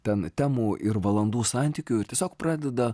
ten temų ir valandų santykiu ir tiesiog pradeda